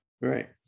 Right